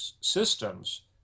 systems